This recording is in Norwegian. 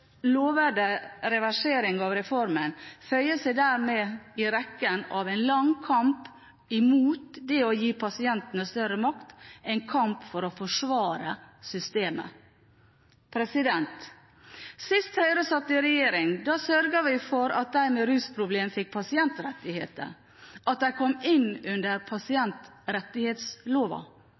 lovede reversering av reformen føyer seg dermed i rekken av en lang kamp imot det å gi pasientene større makt, en kamp for å forsvare systemet. Sist Høyre satt i regjering, sørget vi for at de med rusproblemer fikk pasientrettigheter, at de kom inn under